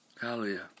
Hallelujah